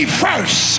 first